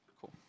Cool